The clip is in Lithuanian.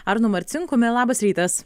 arnu marcinkumi labas rytas